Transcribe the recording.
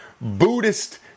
Buddhist